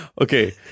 okay